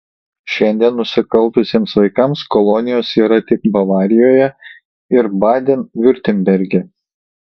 šiandien nusikaltusiems vaikams kolonijos yra tik bavarijoje ir baden viurtemberge